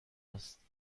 است